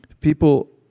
people